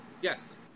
Yes